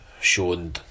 shown